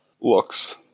looks